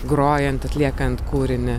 grojant atliekant kūrinį